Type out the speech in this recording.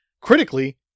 Critically